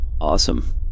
Awesome